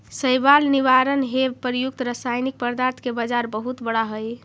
शैवाल निवारण हेव प्रयुक्त रसायनिक पदार्थ के बाजार बहुत बड़ा हई